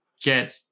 get